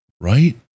right